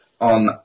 on